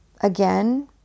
Again